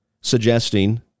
suggesting